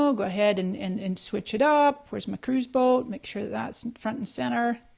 ah go ahead and and and switch it up. where's my cruise boat? make sure that's front and center,